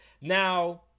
Now